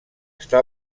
està